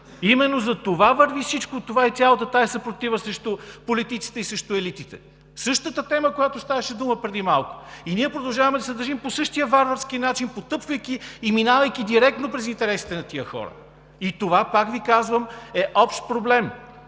именно затова върви всичко това и цялата тази съпротива срещу политиците и срещу елитите. Същата тема, за която ставаше дума преди малко. И ние продължаваме да се държим по същия варварски начин, потъпквайки и минавайки директно през интересите на тези хора. И това, пак Ви казвам, е общ проблем.